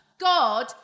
God